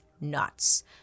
nuts